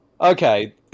Okay